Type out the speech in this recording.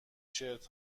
شرت